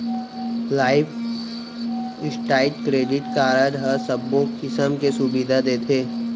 life style credit card ह सबो किसम के सुबिधा देथे